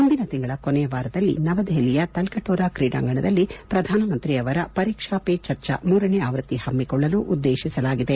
ಮುಂದಿನ ತಿಂಗಳು ಕೊನೆಯವಾರದಲ್ಲಿ ನವದೆಹಲಿಯ ತಲ್ಕಟೋರಾ ಕ್ರೀಡಾಂಗಣದಲ್ಲಿ ಪ್ರಧಾನ ಮಂತ್ರಿ ಅವರ ಪರೀಕ್ಷಾ ಪೇ ಚರ್ಚಾ ಮೂರನೇ ಆವೃತ್ತಿ ಹಮ್ಮಿಕೊಳ್ಳಲು ಉದ್ದೇಶಿಸಲಾಗಿದೆ